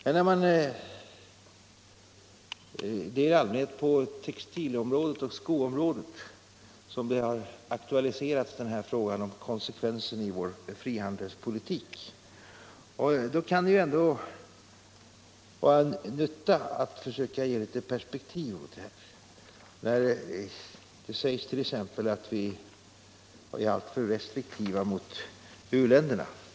Det är i allmänhet på textil och skoområdet som frågan om kon sekvensen i vår frihandelspolitik har aktualiserats. Då kan det vara till nytta att försöka ge litet perspektiv på detta. Det sägs t.ex. att vi är alltför restriktiva mot u-länderna.